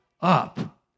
up